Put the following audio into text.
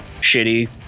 shitty